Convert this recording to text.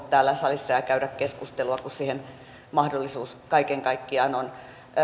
täällä salissa ja kävisivät keskustelua kun siihen mahdollisuus kaiken kaikkiaan on